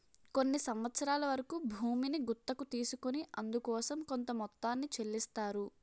కొన్ని సంవత్సరాల వరకు భూమిని గుత్తకు తీసుకొని అందుకోసం కొంత మొత్తాన్ని చెల్లిస్తారు